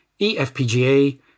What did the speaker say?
eFPGA